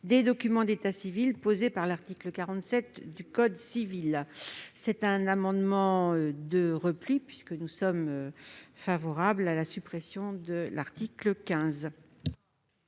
des documents d'état civil, posé par l'article 47 du code civil. Il s'agit bien entendu d'un amendement de repli, puisque nous sommes favorables à la suppression de l'article 15